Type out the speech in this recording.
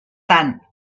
tant